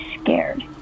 scared